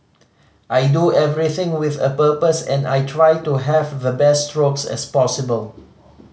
I do everything with a purpose and I try to have the best strokes as possible